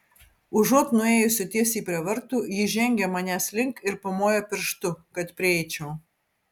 užuot nuėjusi tiesiai prie vartų ji žengė manęs link ir pamojo pirštu kad prieičiau